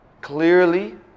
Clearly